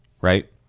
Right